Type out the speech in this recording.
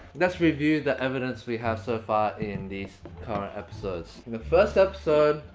let's review the evidence we have so far in these current episodes. in the first episode,